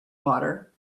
water